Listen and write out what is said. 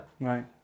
Right